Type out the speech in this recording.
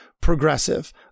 progressive